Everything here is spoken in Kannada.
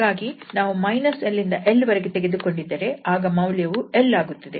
ಹಾಗಾಗಿ ನಾವು −𝑙 ಇಂದ 𝑙 ವರೆಗೆ ತೆಗೆದುಕೊಂಡಿದ್ದರೆ ಆಗ ಮೌಲ್ಯವು 𝑙 ಆಗುತ್ತದೆ